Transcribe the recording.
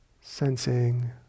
sensing